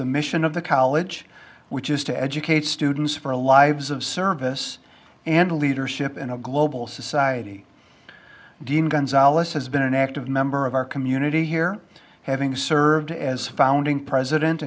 the mission of the college which is to educate students for a lives of service and leadership in a global society dean gonzales has been an active member of our community here having served as founding president